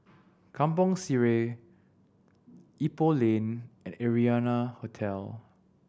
Kampong Sireh Ipoh Lane and Arianna Hotel